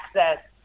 access